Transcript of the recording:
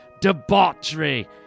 debauchery